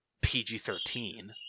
PG-13